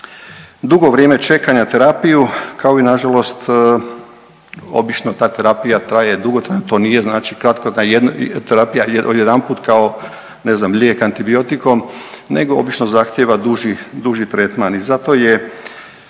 drugo vrijeme čekanja terapiju, kao i nažalost obično ta terapija traje dugotrajno, to nije znači kratko, terapija, odjedanput kao, ne znam, lijek antibiotikom nego obično zahtijeva duži, duži tretman. I zato je